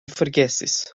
forgesis